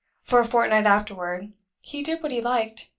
for a fortnight afterward he did what he liked,